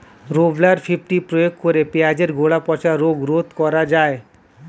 Rovral fifty প্রয়োগ করে পেঁয়াজের গোড়া পচা রোগ রোধ করা যায়?